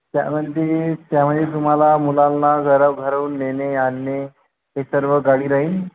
त्यामध्ये ते त्यामध्ये तुम्हाला मुलांना घरं भरवून नेणे आणणे हे सर्व गाडी राहील